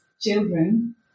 children